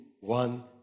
one